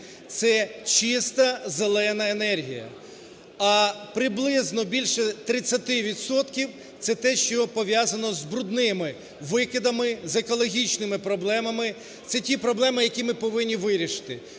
це чиста, "зелена енергія", а приблизно більше 30 відсотків – це те, що пов'язано з брудними викидами, з екологічними проблемами, це ті проблеми, які ми повинні вирішити: